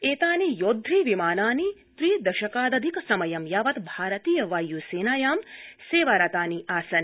एतानि यौद्ध विमानानि त्रि दशकादधिक समयं यावत् भारतीयवायुसेनायां सेवारतानि आसन्